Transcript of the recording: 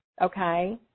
okay